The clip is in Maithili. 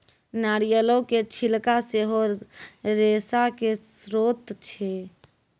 नारियलो के छिलका सेहो रेशा के स्त्रोत छै